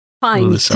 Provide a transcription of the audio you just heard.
Fine